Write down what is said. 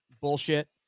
bullshit